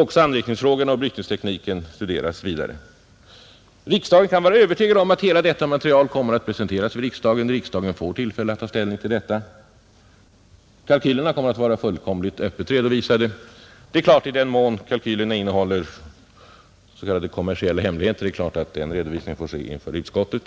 Även anrikningsfrågorna och brytningstekniken studeras vidare, Riksdagen kan vara övertygad om att hela detta material kommer att presenteras, så att riksdagen får ta ställning till det. Kalkylerna kommer också. att redovisas helt öppet. I den mån kalkylerna innehåller s, k. kommersiella hemligheter får redovisningen dock helt naturligt ske inom utskottet.